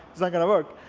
it's not going on work.